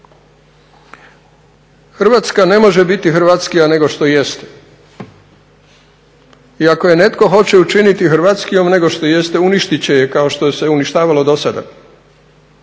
Hrvatska ne može biti hrvatskija nego što jeste i ako je netko hoće učiniti hrvatskijom nego što jeste uništiti će je kao što se uništavalo do sada.